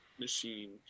machine